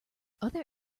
other